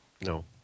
No